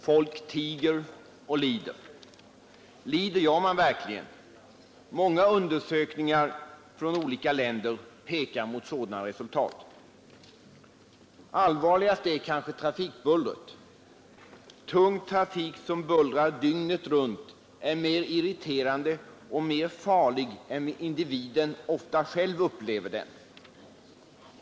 Folk tiger och lider. Lider gör man verkligen. Många undersökningar från olika länder pekar mot sådana resultat. Allvarligast är kanske trafikbullret. Tung trafik som bullrar dygnet runt är mer irriterande och mer farlig än individen ofta själv upplever den.